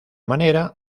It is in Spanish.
manera